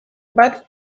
bat